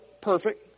perfect